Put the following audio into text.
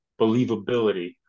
believability